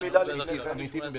18' ו-19'.